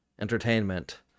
entertainment